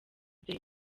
day